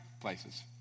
places